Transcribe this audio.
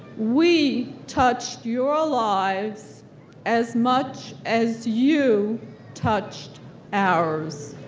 we touched your lives as much as you touched ours.